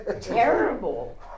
terrible